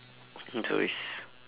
not to waste